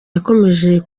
yakomeje